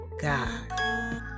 God